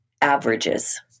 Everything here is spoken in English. averages